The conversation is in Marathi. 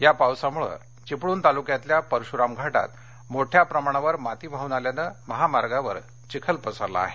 या पावसामुळे चिपळूण तालुक्यातल्या परशुराम घाटात मोठ्या प्रमाणावर माती वाडून आल्यानं महामार्गावर चिखल पसरला आहे